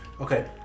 Okay